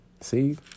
See